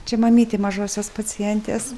čia mamytė mažosios pacientės